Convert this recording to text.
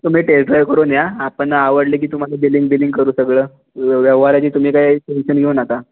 या तुम्ही test drive करून या आपण आवडली की तुम्हाला बिलिंग बिलींग करू सगळं व्य व्यवहाराची तुम्ही काही टेन्शन घेऊ नका